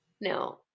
no